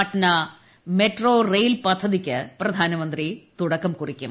Patna metro rail പ്പിദ്ധതിക്ക് പ്രധാനമന്ത്രി തുടക്കം കുറിക്കും